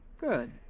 Good